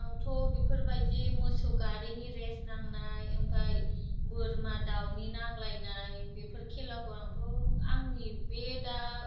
आंथ' बेफोरबायदि मोसौ गारिनि रेस नांनाय आमफ्राय बोरमा दावनि नांलायनाय बेफोर खेलाखौ आंथ' आंनि बे दा